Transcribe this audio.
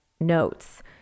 notes